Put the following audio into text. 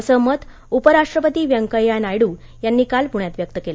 असं मत उपराष्ट्रपती व्यंकय्या नायडू यांनी काल पुण्यात व्यक्त केलं